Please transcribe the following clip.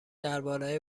درباره